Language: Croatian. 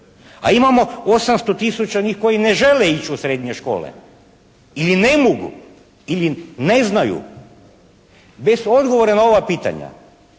a imamo 800 000 njih koji ne žele ići u srednje škole ili ne mogu ili ne znaju. Bez odgovora na ova pitanja,